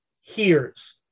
hears